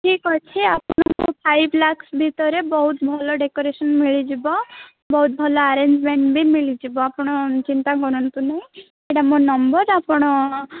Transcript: ଠିକ୍ ଅଛି ଫାଇପ୍ ଲାକ୍ସ ଭିତରେ ବହୁତ ଭଲ ଡେକୋରେସନ୍ ମିଳିଯିବ ବହୁତ ଭଲ ଆରେଞ୍ଜମେଣ୍ଟ୍ ବି ମିଳିଯିବ ଆପଣ ଚିନ୍ତା କରନ୍ତୁ ନାହିଁ ଏଇଟା ମୋ ନମ୍ବର୍ ଆପଣ